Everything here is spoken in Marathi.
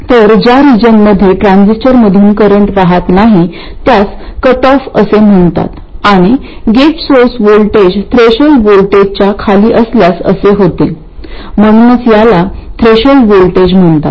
तर ज्या रिजनमध्ये ट्रान्झिस्टरमधुन करंट वाहत नाही त्यास कट ऑफ असे म्हणतात आणि गेट सोर्स व्होल्टेज थ्रेशोल्ड व्होल्टेजच्या खाली असल्यास असे होते म्हणूनच याला थ्रेशोल्ड व्होल्टेज म्हणतात